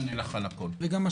גם מה